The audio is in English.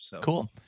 Cool